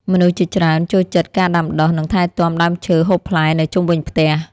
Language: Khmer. មនុស្សជាច្រើនចូលចិត្តការដាំដុះ និងថែទាំដើមឈើហូបផ្លែនៅជុំវិញផ្ទះ។